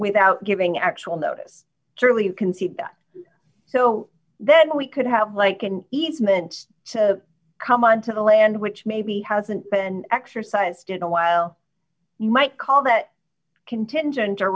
without giving actual notice surely you can see that so then we could have like an easement to come on to the land which maybe hasn't been exercised in a while you might call that contingent